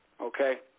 okay